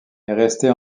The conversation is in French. restée